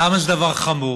למה זה דבר חמור?